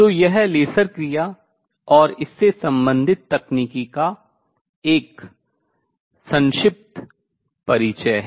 तो यह लेसर क्रिया और इससे संबंधित तकनीक का एक संक्षिप्त परिचय है